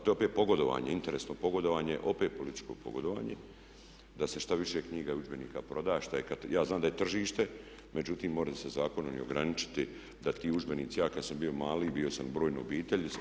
To je opet pogodovanje, interesno pogodovanje opet političko pogodovanje da se što više knjiga i udžbenika proda što je kad ja znam da je tržište, međutim more se zakonom i ograničiti da ti udžbenici, ja kad sam bio mali, bio sam iz brojne obitelji.